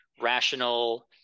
rational